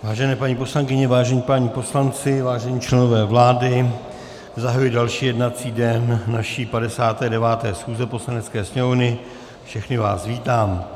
Vážené paní poslankyně, vážení páni poslanci, vážení členové vlády, zahajuji další jednací den naší 59. schůze Poslanecké sněmovny a všechny vás vítám.